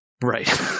Right